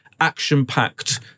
action-packed